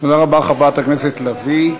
תודה רבה, חברת הכנסת לביא.